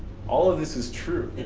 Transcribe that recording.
all of this is true.